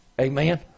Amen